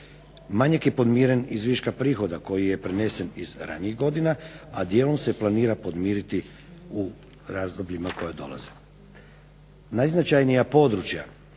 Manjak je podmiren iz viška prihoda koji je prenesen iz ranijih godina, a dijelom se planira podmiriti u razdobljima koja dolaze. Najznačajnija područja